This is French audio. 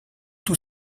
tout